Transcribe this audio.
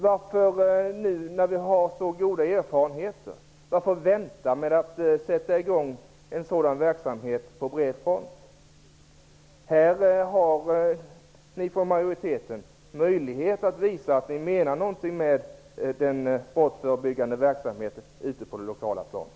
Varför nu, när vi har så goda erfarenheter, vänta med att sätta i gång lokala projekt på bred front? Utskottsmajoriteten har på den här punkten möjlighet att visa att ni menar något med den brottsförebyggande verksamheten ute på det lokala planet.